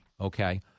okay